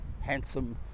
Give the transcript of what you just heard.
handsome